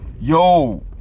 Yo